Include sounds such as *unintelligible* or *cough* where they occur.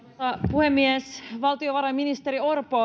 puhemies valtiovarainministeri orpo *unintelligible*